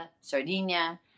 Sardinia